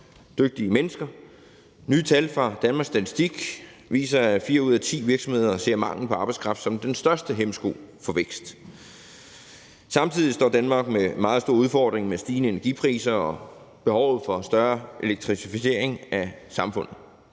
dygtige mennesker. Nye tal fra Danmarks Statistik viser, at fire ud af ti virksomheder ser manglen på arbejdskraft som den største hæmsko for vækst. Samtidig står Danmark med en meget stor udfordring med stigende energipriser og behovet for mere elektrificering af samfundet.